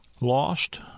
lost